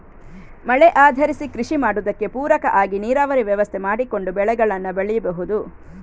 ಮಳೆ ಆಧರಿಸಿ ಕೃಷಿ ಮಾಡುದಕ್ಕೆ ಪೂರಕ ಆಗಿ ನೀರಾವರಿ ವ್ಯವಸ್ಥೆ ಮಾಡಿಕೊಂಡು ಬೆಳೆಗಳನ್ನ ಬೆಳೀಬಹುದು